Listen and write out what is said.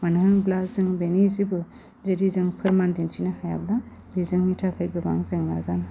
मानो होनब्ला जों बेनि जेबो जुदि जों फोरमान दिन्थिनो हायाब्ला बे जोंनि थाखाय गोबां जेंना जानो हागौ